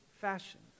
fashion